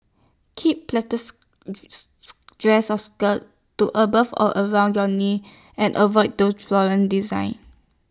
keep pleated dresses or skirts to above or around your knees and avoid those floral designs